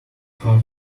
heart